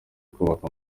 kubaka